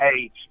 age